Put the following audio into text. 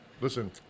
Listen